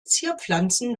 zierpflanzen